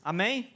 Amém